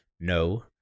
No